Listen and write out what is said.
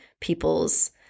people's